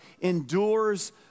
endures